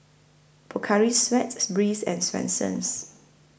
Pocari Sweat Breeze and Swensens